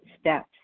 steps